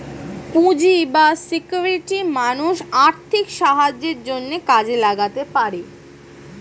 পুঁজি বা সিকিউরিটি মানুষ আর্থিক সাহায্যের জন্যে কাজে লাগাতে পারে